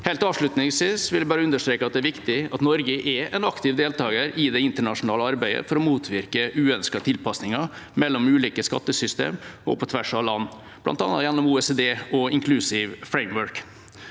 Helt avslutningsvis vil jeg understreke at det er viktig at Norge er en aktiv deltaker i det internasjonale arbeidet for å motvirke uønskede tilpasninger mellom ulike skattesystem og på tvers av land, bl.a. gjennom OECD og Inclusive Framework.